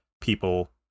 people